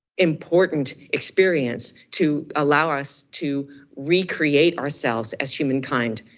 important experience to allow us to recreate ourselves as humankind.